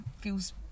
feels